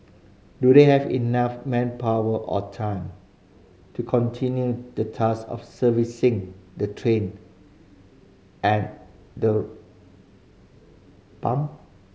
do they have enough manpower or time to continue the task of servicing the train and the pump